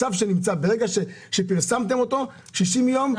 ברגע שפרסמתם אותו 60 יום.